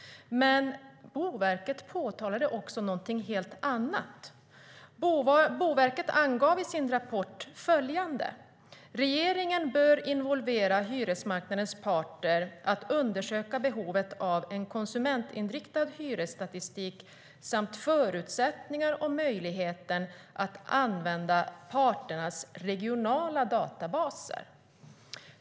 Men Boverket påtalade också någonting helt annat. Boverket angav i sin rapport följande: "Regeringen bör . involvera hyresmarknadens parter att undersöka behovet av en konsumentinriktad hyresstatistik samt förutsättningar och möjligheten att använda parternas regionala databaser.